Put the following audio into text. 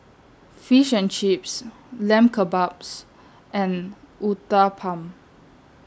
Fish and Chips Lamb Kebabs and Uthapam